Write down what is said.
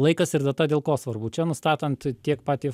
laikas ir data dėl ko svarbu čia nustatant tiek patį